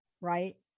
Right